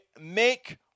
make